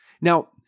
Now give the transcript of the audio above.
Now